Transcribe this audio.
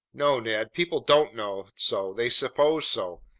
no, ned! people don't know so, they suppose so,